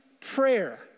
prayer